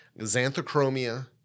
xanthochromia